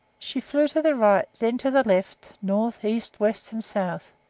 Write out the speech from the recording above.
she flew to the right, then to the left, north, east, west, and south,